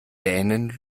dänen